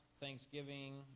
thanksgiving